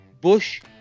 Bush